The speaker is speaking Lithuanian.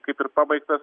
kaip ir pabaigtas